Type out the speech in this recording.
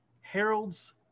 Harold's